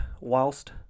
whilst